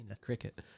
cricket